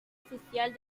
oficial